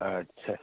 اچھا